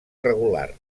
regular